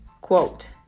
quote